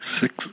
six